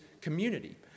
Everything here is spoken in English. community